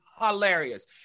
hilarious